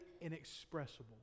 inexpressible